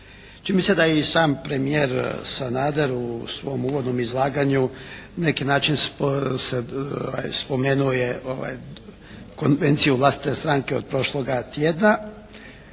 Čini mi se da je i sam premijer Sanader u svom uvodnom izlaganju na neki način spomenuo je Konvenciju vlastite stranke od prošloga tjedna